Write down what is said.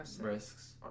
risks